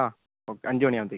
ആ ഓക്കെ അഞ്ച് മണി അവുമ്പോഴെത്തേക്ക്